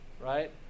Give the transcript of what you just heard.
right